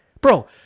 Bro